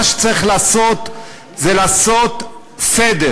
מה צריך זה לעשות סדר,